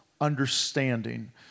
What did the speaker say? understanding